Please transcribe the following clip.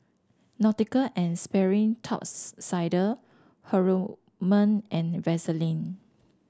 Nautica and Sperry Top Sider Haruma and Vaseline